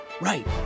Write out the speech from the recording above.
right